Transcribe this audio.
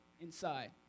inside